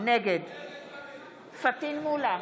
נגד פטין מולא,